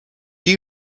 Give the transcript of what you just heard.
you